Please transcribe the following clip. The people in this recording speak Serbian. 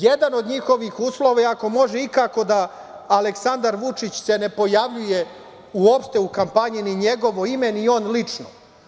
Jedan od njihovih uslova je ako može ikako da Aleksandar Vučić se ne pojavljuje uopšte u kampanji, ni njegovo ime, ni on lično.